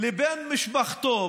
לבין משפחתו.